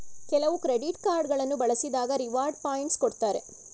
ಕೆಲವು credit card ಗಳನ್ನು ಬಳಸಿದಾಗ ರಿವಾರ್ಡ್ ಪಾಯಿಂಟ್ಸ್ ಕೊಡ್ತಾರೆ